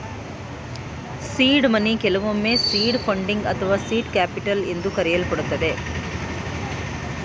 seed money ಕೆಲವೊಮ್ಮೆ seed funding ಅಥವಾ seat capital ಎಂದು ಕರೆಯಲ್ಪಡುತ್ತದೆ